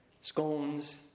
scones